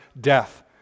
death